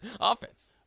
offense